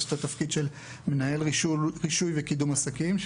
והוא מנהל רישוי וקידום עסקים,